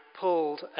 pulled